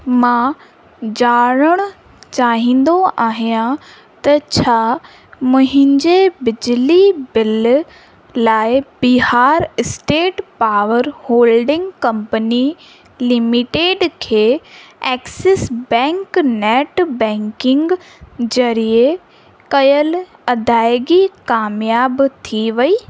मां जाणण चाहींदो आहियां त छा मुहिंजे बिजली बिल लाइ Bihar state power holding company limited खे एक्सिस बैंक नैट बैंकिंग जरिए कयल अदायगी क़ामयाबु थी वई